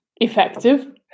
effective